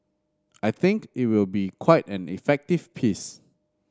I think it will be quite an effective piece